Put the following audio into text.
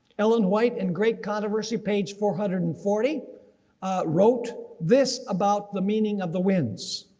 ellen white in great controversy page four hundred and forty wrote this about the meaning of the winds.